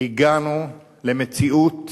הגענו למציאות